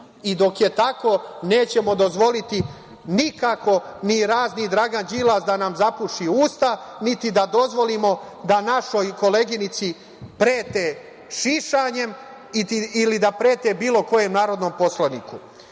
i dok je tako nećemo dozvoliti nikako, ni razni Dragan Đilas da nam zapuši usta, niti da dozvolimo da našoj koleginici prete šištanjem, ili da prete bilo kojem narodnom poslaniku. Ja